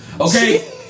Okay